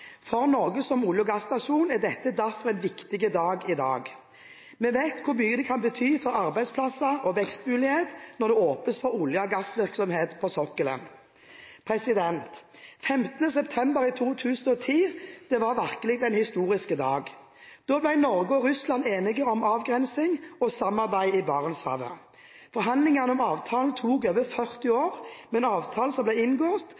For Norge som olje- og gassnasjon er dagen i dag derfor viktig. Vi vet hvor mye det kan bety for arbeidsplasser og vekstmuligheter når det åpnes for olje- og gassvirksomhet på sokkelen. 15. september 2010 var virkelig en historisk dag. Da ble Norge og Russland enige om avgrensing og samarbeid i Barentshavet. Forhandlingene om avtalen tok over 40 år. Avtalen som ble inngått,